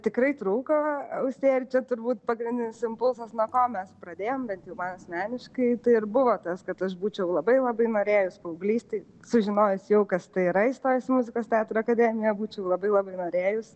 tikrai trūko austėja ir čia turbūt pagrindinis impulsas nuo ko mes pradėjom bet jau man asmeniškai tai ir buvo tas kad aš būčiau labai labai norėjus paauglystėj sužinojus jau kas tai yra įstojus į muzikos teatro akademiją būčiau labai labai norėjus